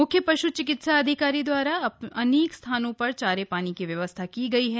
मुख्य पश् चिकित्सा अधिकारी दवारा ने अनेक स्थानों पर चारे पानी की व्यवस्था की गयी हैं